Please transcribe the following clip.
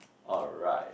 alright